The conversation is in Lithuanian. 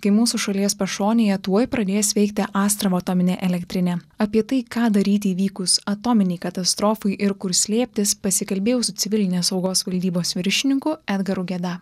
kai mūsų šalies pašonėje tuoj pradės veikti astravo atominė elektrinė apie tai ką daryt įvykus atominei katastrofai ir kur slėptis pasikalbėjau su civilinės saugos valdybos viršininku edgaru geda